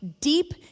deep